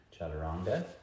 chaturanga